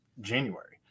January